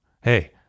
Hey